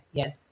yes